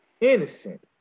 innocent